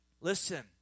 listen